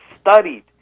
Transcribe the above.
studied